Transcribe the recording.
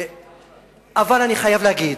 אני חייב להגיד